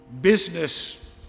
business